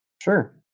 Sure